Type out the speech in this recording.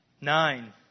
Nine